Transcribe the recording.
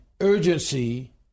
urgency